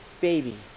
baby